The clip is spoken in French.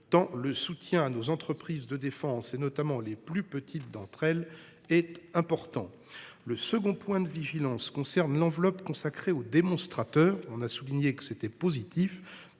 tant le soutien à nos entreprises de défense, notamment aux plus petites d’entre elles, est important. Le deuxième point de vigilance concerne l’enveloppe consacrée aux démonstrateurs. Si son caractère positif